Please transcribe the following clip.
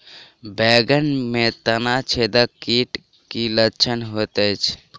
बैंगन मे तना छेदक कीटक की लक्षण होइत अछि?